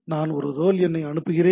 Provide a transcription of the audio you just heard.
நான் ஒரு ரோல் எண்ணை அனுப்புகிறேன்